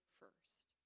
first